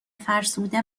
فرسوده